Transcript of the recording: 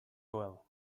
well